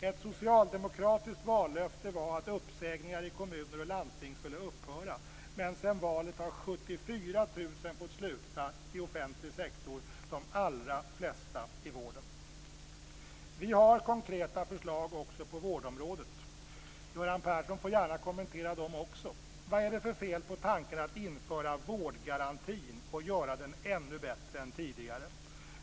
Ett socialdemokratiskt vallöfte var att uppsägningar i kommuner och landsting skulle upphöra, men sedan valet har 74 000 personer fått sluta i offentlig sektor, de allra flesta av dem i vården. Vi har konkreta förslag även på vårdområdet. Göran Persson får gärna kommentera dem också. Vad är det för fel på tanken att införa vårdgarantin och göra den ännu bättre än tidigare?